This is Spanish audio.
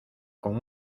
con